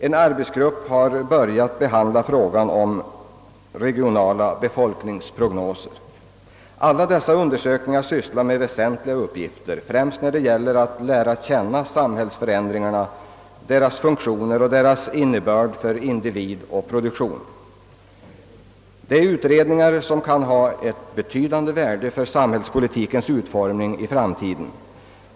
En arbetsgrupp har börjat behandla frågan om regionala befolkningsprognoser. Alla dessa undersökningar sysslar med väsentliga uppgifter främst när det gäller att lära känna samhällsförändringarna, deras funktioner och deras innebörd för individ och produktion. Det är utredningar som kan ha ett betydande värde för samhällspolitikens utformning i framtiden.